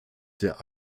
der